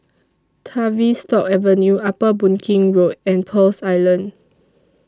Tavistock Avenue Upper Boon Keng Road and Pearls Island